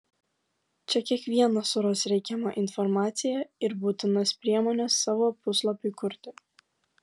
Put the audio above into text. čia kiekvienas suras reikiamą informaciją ir būtinas priemones savo puslapiui kurti